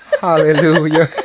Hallelujah